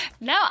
No